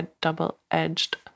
double-edged